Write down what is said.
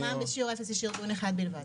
במע"מ בשיעור אפס יש ארגון אחד בלבד.